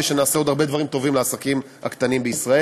ושנעשה עוד הרבה דברים טובים לעסקים הקטנים בישראל.